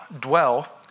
dwell